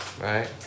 Right